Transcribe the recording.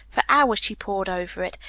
for hours she pored over it,